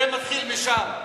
זה מתחיל משם.